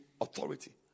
authority